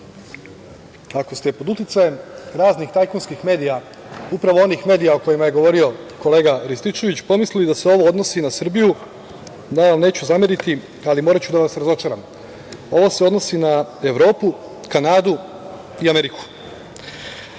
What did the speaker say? Ako ste pod uticajem raznih tajkunskih medija, upravo onih medija o kojima je govorio kolega Rističević pomislili biste da se ovo odnosi na Srbiju. Ja vam neću zameriti, ali moraću da vas razočaram. Ovo se odnosi na Evropu, Kanadu i